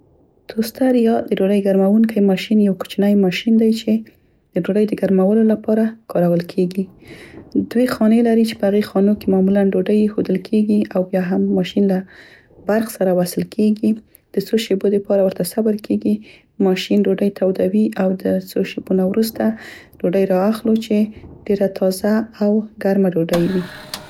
توستر یا د ډوډۍ ګرمونکی ماشین، یو کوچنی ماشین دی چې د ډوډۍ د ګرمولو لپاره کارول کیګي. دوې خانې لري چې په هغې خانو کې معمولاً ډوډۍ ایښودل کیګي او بیا هم ماشین له برق سره وصل کیګي د څو شیبو د پاره ورته صبر کیګي، ماشین ډوډۍ تودوي او د څو شیبو نه وروسته ډوډۍ را اخلو چې ډیره تازه او ګرمه ډوډۍ وي.